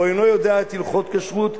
או אינו יודע את הלכות כשרות,